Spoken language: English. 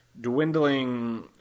dwindling